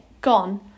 gone